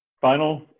final